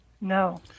no